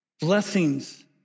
blessings